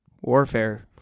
Warfare